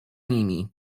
nimi